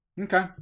Okay